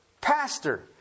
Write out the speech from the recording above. pastor